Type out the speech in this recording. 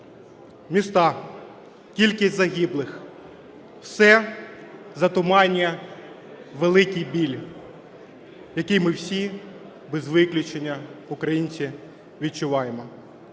Міста, кількість загиблих, все затуманює великий біль, який ми всі без виключення українці відчуваємо.